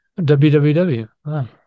www